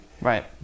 Right